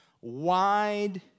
wide